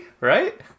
Right